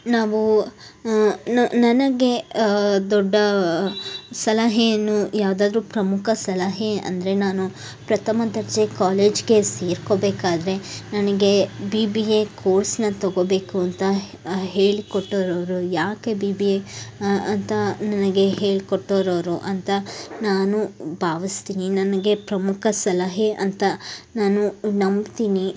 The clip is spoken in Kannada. ನಾವು ನನಗೆ ದೊಡ್ಡ ಸಲಹೆಯನ್ನು ಯಾವ್ದಾದ್ರೂ ಪ್ರಮುಖ ಸಲಹೆ ಅಂದರೆ ನಾನು ಪ್ರಥಮ ದರ್ಜೆ ಕಾಲೇಜಿಗೆ ಸೇರ್ಕೋಬೇಕಾದರೆ ನನಗೆ ಬಿ ಬಿ ಎ ಕೋರ್ಸನ್ನ ತಗೋಬೇಕು ಅಂತ ಹೇಳಿ ಕೊಟ್ಟವರು ಅವರು ಯಾಕೆ ಬಿ ಬಿ ಎ ಅಂತ ನನಗೆ ಹೇಳ್ಕೊಟ್ಟವ್ರು ಅವರು ಅಂತ ನಾನು ಭಾವಿಸ್ತೀನಿ ನನಗೆ ಪ್ರಮುಖ ಸಲಹೆ ಅಂತ ನಾನು ನಂಬ್ತೀನಿ